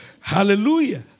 Hallelujah